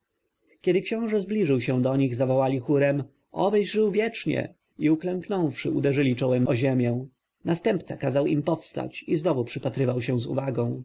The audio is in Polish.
kiedy książę zbliżył się do nich zawołali chórem obyś żył wiecznie i uklęknąwszy uderzyli czołem o ziemię następca kazał im powstać i znowu przypatrywał się z uwagą